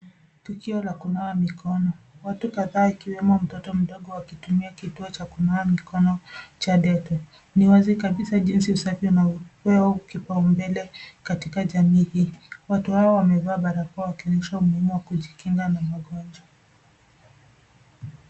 Tukio la kunawa mikono. Watu kadhaa akiwemo mtoto mdogo akitumia kituo cha kunawa mikono cha dettol ni wazi kabisa, jinsi usafi unavyopewa kipaumbele katika jamii hii. Watu hawa wamevaa barakoa wakionyesha umuhimu wa kujikinga na magonjwa.